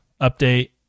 update